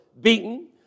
beaten